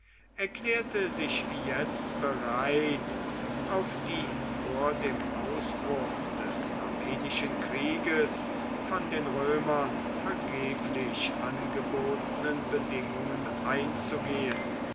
erklärte sich jetzt bereit auf die vor dem ausbruch des armenischen krieges von den römern vergeblich angebotenen bedingungen einzugehen